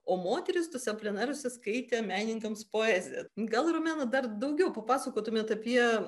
o moterys tuose pleneruose skaitė menininkams poeziją gal romena dar daugiau papasakotumėt apie